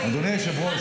אדוני היושב-ראש,